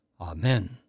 Amen